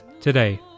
today